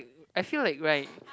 I feel like right